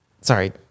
Sorry